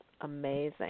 Amazing